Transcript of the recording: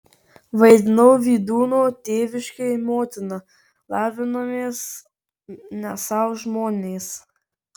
vaidinau vydūno tėviškėj motiną lavinomės ne sau žmonės